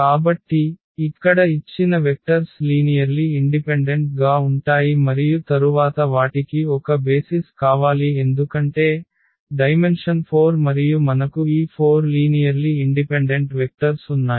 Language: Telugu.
కాబట్టి ఇక్కడ ఇచ్చిన వెక్టర్స్ లీనియర్లి ఇండిపెండెంట్ గా ఉంటాయి మరియు తరువాత వాటికి ఒక బేసిస్ కావాలి ఎందుకంటే డైమెన్షన్ 4 మరియు మనకు ఈ 4 లీనియర్లి ఇండిపెండెంట్ వెక్టర్స్ ఉన్నాయి